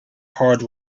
hard